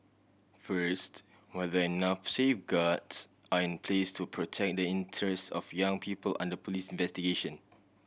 first whether enough safeguards are in place to protect the interests of young people under police investigation